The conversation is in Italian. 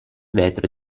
vetro